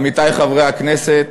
עמיתי חברי הכנסת,